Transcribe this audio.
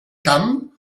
camp